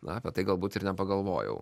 na apie tai galbūt ir nepagalvojau